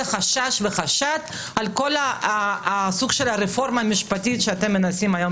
חשש וחשד על כל סוג הרפורמה המשפטית שאתם מנסים היום